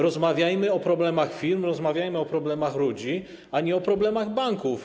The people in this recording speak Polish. Rozmawiajmy o problemach firm, rozmawiajmy o problemach ludzi, a nie o problemach banków.